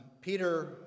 Peter